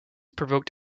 provoked